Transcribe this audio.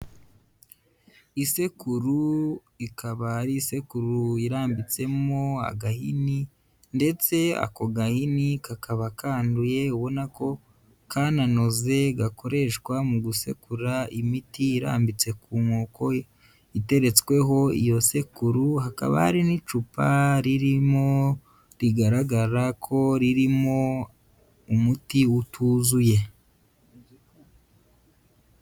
Isekuru ikaba ari isekuru irambitsemo agahini ndetse ako gahini kakaba kanduye ubona ko kananoze gakoreshwa mu gusekura imiti irambitse ku nkoko, iteretsweho iyo sekuru hakaba hari n'icupa ririmo rigaragara ko ririmo umuti utuzuye.